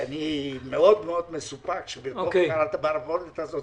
ואני מסופק שבתוך המערבולת הזאת,